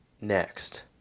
next